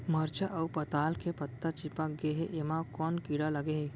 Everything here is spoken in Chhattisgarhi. मरचा अऊ पताल के पत्ता चिपक गे हे, एमा कोन कीड़ा लगे है?